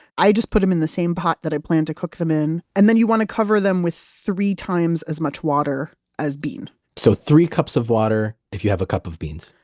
i just put them in the same pot that i plan to cook them in. and then you want to cover them with three times as much water as bean so three cups of water if you have a cup of beans?